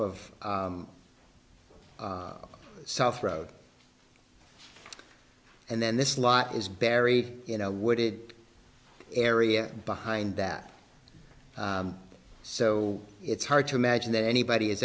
of south road and then this lot is buried in a wooded area behind that so it's hard to imagine that anybody is